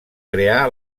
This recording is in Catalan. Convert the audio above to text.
creà